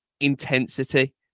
intensity